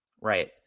right